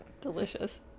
delicious